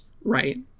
right